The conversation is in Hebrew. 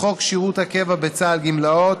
לחוק שירות הקבע בצה"ל (גמלאות)